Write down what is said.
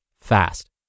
fast